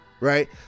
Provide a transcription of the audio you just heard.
right